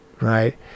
Right